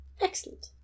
excellent